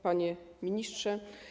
Panie Ministrze!